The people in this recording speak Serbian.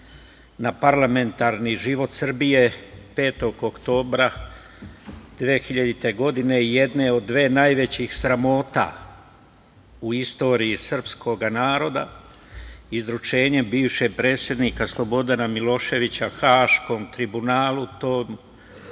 na parlamentarni život Srbije 5. oktobra 2000. godine, jedne od dve najvećih sramota u istoriji srpskog naroda, izručenje bivšeg predsednika Slobodana Miloševića Haškom tribunalu,